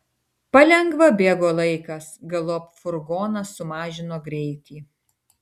palengva bėgo laikas galop furgonas sumažino greitį